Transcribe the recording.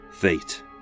Fate